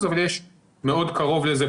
אבל יש מאוד קרוב לזה.